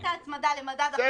אם הייתה הצמדה למדד, זה אותו דבר.